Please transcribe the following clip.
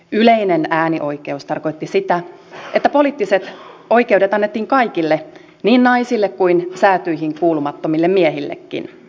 yleinen äänioikeus tarkoitti sitä että poliittiset oikeudet annettiin kaikille niin naisille kuin säätyihin kuulumattomille miehillekin